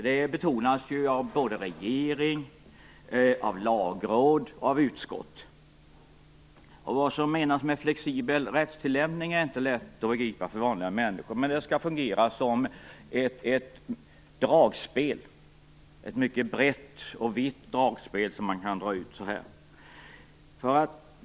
Det betonas av såväl regering som lagråd och utskott. Vad som menas är inte lätt att begripa för vanliga människor, men det skall fungera som ett dragspel, ett mycket vitt och brett dragspel som man kan dra ut.